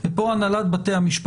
לפעמים אין להם איפה לשבת.